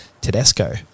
Tedesco